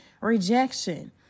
rejection